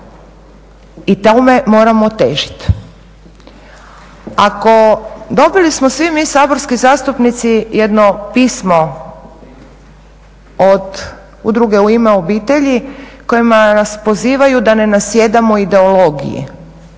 i tome moramo težiti. Dobili smo svi mi saborski zastupnici jedno pismo od Udruge "U ime obitelji" kojima nas pozivaju da ne nasjedamo ideologiji